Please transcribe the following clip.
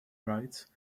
rights